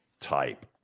type